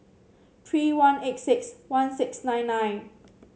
three one eight six one six nine nine